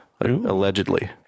allegedly